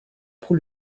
pour